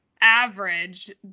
average